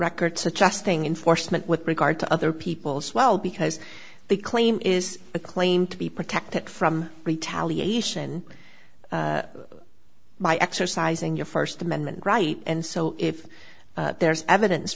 record suggesting enforcement with regard to other people as well because they claim is a claim to be protected from retaliation by exercising your first amendment right and so if there's evidence